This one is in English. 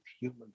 human